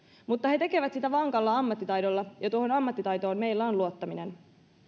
mutta he tekevät sitä vankalla ammattitaidolla ja tuohon ammattitaitoon meillä on luottaminen